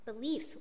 Belief